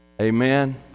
Amen